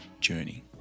journey